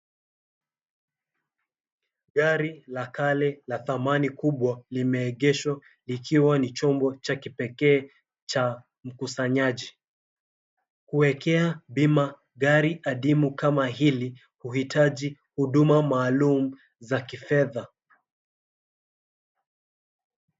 Gari la kale la dhamani kubwa limeegeshwa likiwa ni chombo cha kipekee cha mkusanyaji. Kuwekea bima gari adimu kama hiili huhitaji huduma maalum za kifedha.